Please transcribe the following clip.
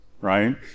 right